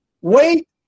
Wait